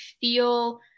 feel